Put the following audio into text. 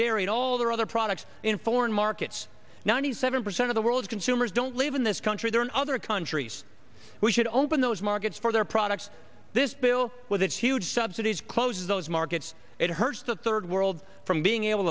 dairy to all their other products in foreign markets ninety seven percent of the world's consumers don't live in this country they're in other countries we should open the markets for their products this bill with its huge subsidies closes those markets it hurts the third world from being able